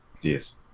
yes